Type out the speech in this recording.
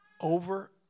over